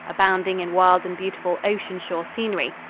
abounding in wild and beautiful ocean-shore scenery,